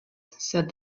said